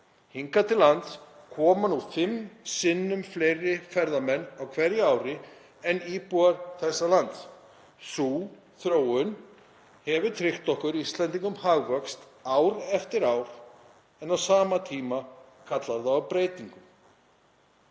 hingað til lands. Hingað koma nú fimm sinnum fleiri ferðamenn á hverju ári en íbúar þessa lands. Sú þróun hefur tryggt okkur Íslendingum hagvöxt ár eftir ár en á sama tíma kallar það á breytingu.